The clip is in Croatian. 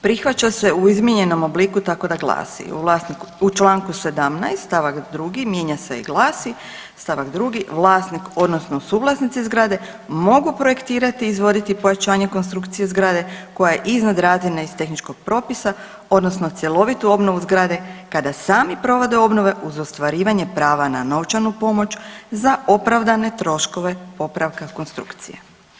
Prihvaća se u izmijenjenom obliku tako da glasi: U čl. 17. st. 2. mijenja se i glasi, st. 2., vlasnik odnosno suvlasnici zgrade mogu projektirati i izvoditi pojačanje konstrukcije zgrade koja je iznad razine iz tehničkog propisa odnosno cjelovitu obnovu zgrade kada sami provode obnove uz ostvarivanje prava na novčanu pomoć za opravdane troškove popravka konstrukcije.